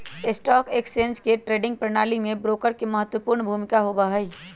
stock exchange के trading प्रणाली में ब्रोकर के महत्वपूर्ण भूमिका होबा हई